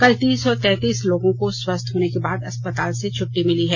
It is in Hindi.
कल तीन सौ तैतीस लोगों को स्वस्थ होने के बाद अस्पताल से छुट्टी मिली है